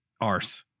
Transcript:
arse